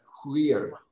clear